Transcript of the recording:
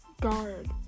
guard